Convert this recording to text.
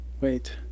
Wait